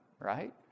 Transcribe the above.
Right